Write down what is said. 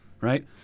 right